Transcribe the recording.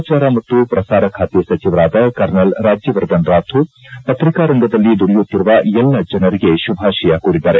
ಸಮಾಚಾರ ಮತ್ತು ಪ್ರಸಾರ ಖಾತೆ ಸಚಿವರಾದ ಕರ್ನಲ್ ರಾಜ್ಯವರ್ಧನ್ ರಾಥೋಡ್ ಪತ್ರಿಕಾ ರಂಗದಲ್ಲಿ ದುಡಿಯುತ್ತಿರುವ ಎಲ್ಲ ಜನರಿಗೆ ಶುಭಾಶಯ ಕೋರಿದ್ದಾರೆ